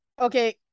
Okay